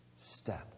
step